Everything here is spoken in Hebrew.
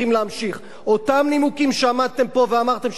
אותם נימוקים שאתם עמדתם פה ואמרתם שצריך ללכת לבחירות,